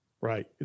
Right